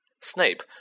Snape